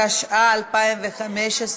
התשע"ה 2015,